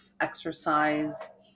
exercise